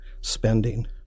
spending